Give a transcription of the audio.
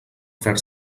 fer